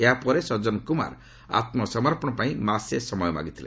ଏହାପରେ ସଜ୍ଜନ କୁମାର ଆତ୍ମସମର୍ପଣ ପାଇଁ ମାସେ ସମୟ ମାଗିଥିଲେ